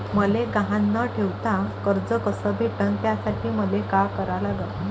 मले गहान न ठेवता कर्ज कस भेटन त्यासाठी मले का करा लागन?